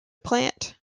plant